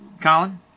Colin